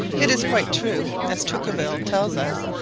it is quite true, as tocqueville tells us,